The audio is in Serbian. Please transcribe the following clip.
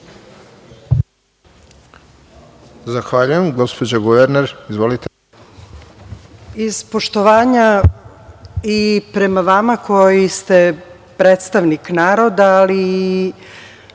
Zahvaljujem. Gospođa guverner, izvolite.